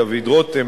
דוד רותם,